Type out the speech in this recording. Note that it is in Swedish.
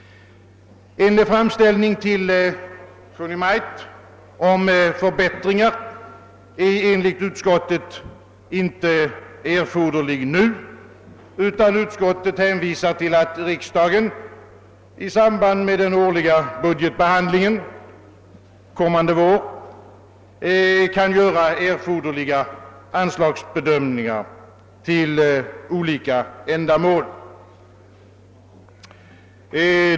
En framställning till Kungl. Maj:t om förbättringar är enligt utskottet inte erforderlig nu. Utskottet hänvisar till att riksdagen i samband med den årliga budgetbehandlingen kan göra erforderliga bedömningar av anslag till olika ändamål.